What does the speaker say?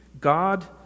God